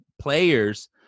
players